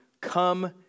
come